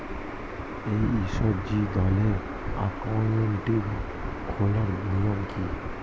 SHG দলের account খোলার নিয়ম কী?